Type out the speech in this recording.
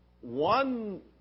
one